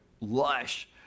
lush